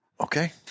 Okay